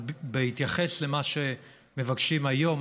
אבל בהתייחס למה שמבקשים היום,